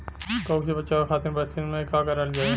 कवक से बचावे खातिन बरसीन मे का करल जाई?